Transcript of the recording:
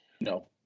No